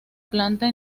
planta